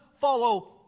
follow